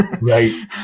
right